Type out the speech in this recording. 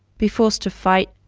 be forced to fight,